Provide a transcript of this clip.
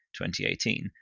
2018